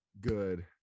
good